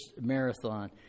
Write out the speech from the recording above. marathon